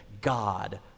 God